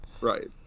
Right